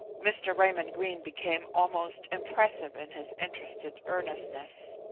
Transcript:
mr. raymond greene became almost impressive in his interested earnestness.